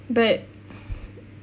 but